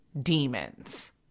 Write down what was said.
demons